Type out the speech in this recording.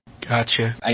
Gotcha